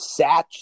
Satch